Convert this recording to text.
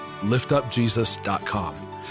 liftupjesus.com